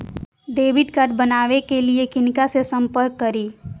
Debit card बनावे के लिए किनका से संपर्क करी?